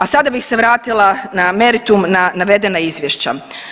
A sada bih se vratila na meritum na navedena izvješća.